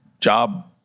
job